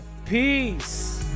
Peace